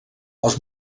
els